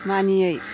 मानियै